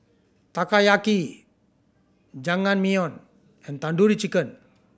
Takoyaki Jajangmyeon and Tandoori Chicken